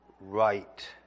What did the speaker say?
Right